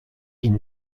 ihn